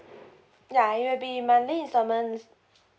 ya it will be monthly instalments